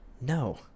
No